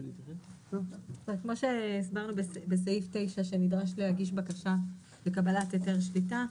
אז כמו שהסברנו בסעיף 9 שנדרש להגיש בקשה לקבלת היתר שליטה,